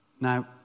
Now